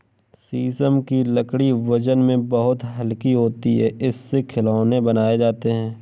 शीशम की लकड़ी वजन में बहुत हल्का होता है इससे खिलौने बनाये जाते है